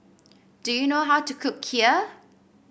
do you know how to cook Kheer